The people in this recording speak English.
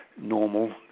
Normal